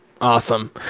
Awesome